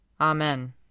Amen